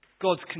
God's